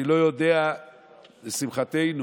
לשמחתנו,